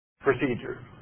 procedures